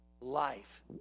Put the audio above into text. Life